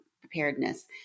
preparedness